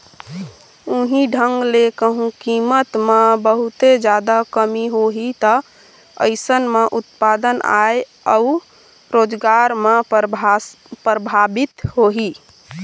उहीं ढंग ले कहूँ कीमत म बहुते जादा कमी होही ता अइसन म उत्पादन, आय अउ रोजगार ह परभाबित होही